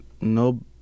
no